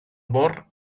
bor